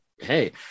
Hey